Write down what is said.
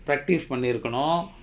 practice பண்ணி இருக்கணும்:panni irukkanum